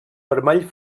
vermell